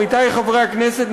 עמיתי חברי הכנסת,